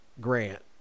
Grant